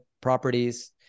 properties